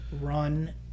run